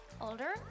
Older